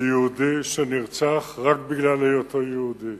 של יהודי שנרצח רק בגלל היותו יהודי.